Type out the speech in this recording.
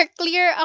clear